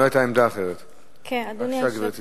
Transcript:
בבקשה, גברתי.